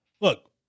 Look